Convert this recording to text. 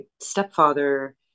stepfather